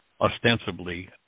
ostensibly